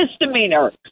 misdemeanor